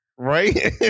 Right